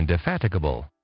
Indefatigable